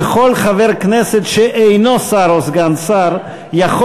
וכל חבר כנסת שאינו שר או סגן שר יכול